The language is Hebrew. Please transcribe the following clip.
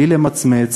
בלי למצמץ,